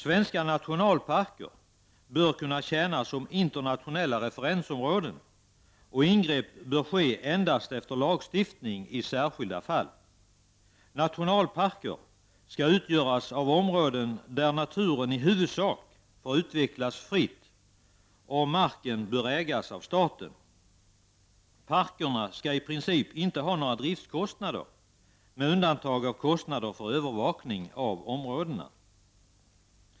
Svenska nationalparker bör kunna tjäna som internationella referensområden, och ingrepp bör ske endast i enlighet med lagstiftning i särskilda fall. Nationalparker skall utgöras av områden där naturen i huvudsak får utvecklas fritt, och marken bör ägas av staten. Parkerna skall i princip inte ha några driftskostnader, med undantag av kostnader för övervakning av områdena.